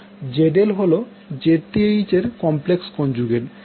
ZL হল Zth এর complex conjugate